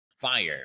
fire